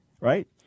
right